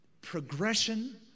progression